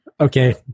okay